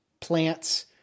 plants